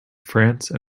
france